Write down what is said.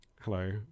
Hello